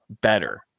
better